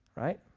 right